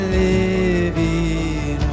living